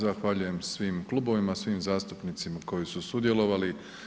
Zahvaljujem svim klubovima, svim zastupnicima koji su sudjelovali.